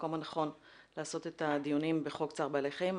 המקום הנכון לעשות את הדיונים בחוק צער בעלי חיים.